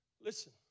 Listen